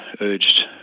urged